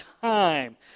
time